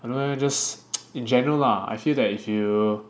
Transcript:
I dunno leh just in general lah I feel that if you